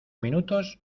minutos